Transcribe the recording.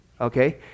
okay